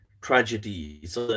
tragedies